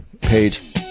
page